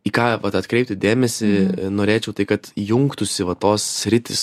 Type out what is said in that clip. į ką atkreipti dėmesį norėčiau tai kad jungtųsi va tos sritys